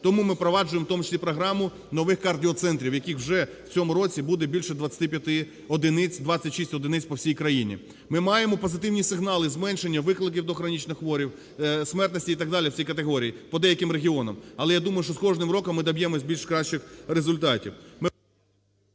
тому ми впроваджуємо, в тому числі, програму новихкардіоцентрів, яких вже в цьому році буде більше 25 одиниць, 26 одиниць по всій країні. Ми маємо позитивні сигнали зменшення викликів до хронічних хворих, смертності і так далі, в цій категорії по деяким регіонам. Але, я думаю, що з кожним роком ми доб'ємося більш кращих результатів.